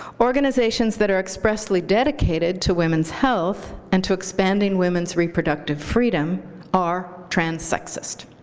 organizations that are expressly dedicated to women's health and to expanding women's reproductive freedom are trans sexist.